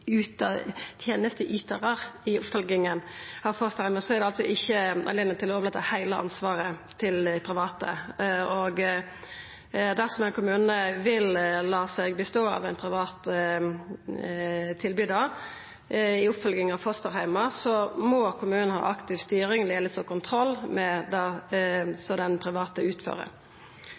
i oppfølginga av fosterheimar, er det altså ikkje anledning til å overlata heile ansvaret til private. Dersom kommunane vil ha bistand av ein privat tilbydar i oppfølging av fosterheimar, må kommunen ha aktiv styring når det gjeld kontroll med den private aktøren. I lys av det eg har sagt, har kommunane framleis høve til å nytta private